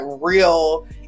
real